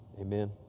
Amen